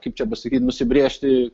kaip čia pasakyt nusibrėžti